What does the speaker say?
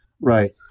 right